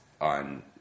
on